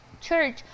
Church